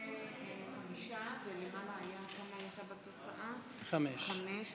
לעניין נגיף הקורונה החדש ולבחינת היערכות המדינה למגפות